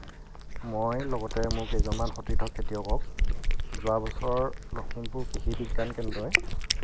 মই লগতে মোৰ কেইজনমান সতীৰ্থ খেতিয়কক যোৱাবছৰ লখিমপুৰ কৃষি বিজ্ঞান কেন্দ্ৰই